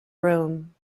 room